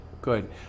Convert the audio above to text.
good